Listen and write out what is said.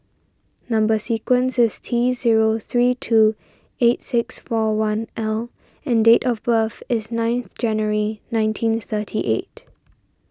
Number Sequence is T zero three two eight six four one L and date of birth is ninth January nineteen thirty eight